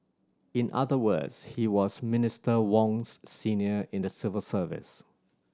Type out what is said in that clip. in other words he was Minister Wong's senior in the civil service